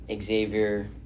Xavier